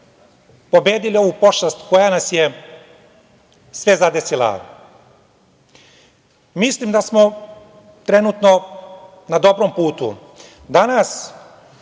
pobedili ovu pošast koja nas je sve zadesila. Mislim da smo trenutno na dobrom putu. Danas,